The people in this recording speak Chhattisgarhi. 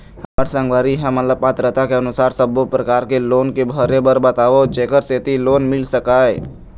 हमर संगवारी हमन ला पात्रता के अनुसार सब्बो प्रकार के लोन के भरे बर बताव जेकर सेंथी लोन मिल सकाए?